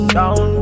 down